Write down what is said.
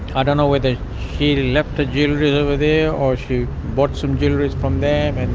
i don't know whether she left the jewellery over there, or she bought some jewellery from them, and